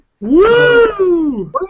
Woo